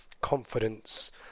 confidence